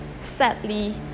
sadly